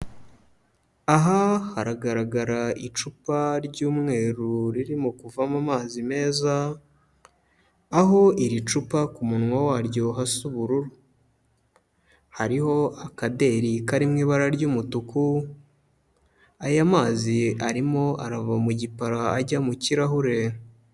Aha haragaragara icupa ry'umweru ririmo kuvomo amazi meza, aho iri cupa ku munwa waryo hasa ubururu, hariho akaderi kari mu ibara ry'umutuku, aya mazi arimo arava mu gipara ajya mu kirahure.